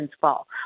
fall